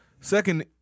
Second